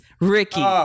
Ricky